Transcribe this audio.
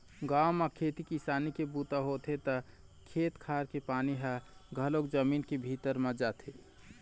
गाँव म खेती किसानी के बूता होथे त खेत खार के पानी ह घलोक जमीन के भीतरी म जाथे